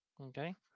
Okay